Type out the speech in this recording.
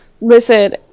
Listen